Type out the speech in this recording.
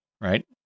Right